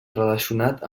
relacionat